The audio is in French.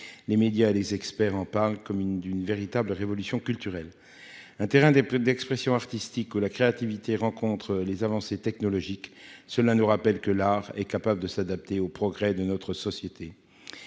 Les médias et les experts en parlent comme d'une véritable révolution culturelle. Un terrain d'expression artistique se dessine dans lequel la créativité rencontre les avancées technologiques ; cela nous rappelle que l'art est capable de s'adapter aux progrès de notre société.